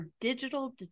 digital